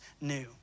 new